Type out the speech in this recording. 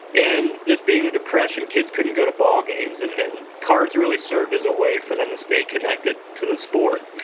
and this being the depression, kids couldn't go to ball games and and cards really served as a way for them to stay connected to the sport.